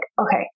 okay